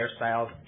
hairstyles